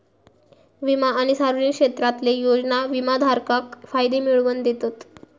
विमा आणि सार्वजनिक क्षेत्रातले योजना विमाधारकाक फायदे मिळवन दितत